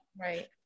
Right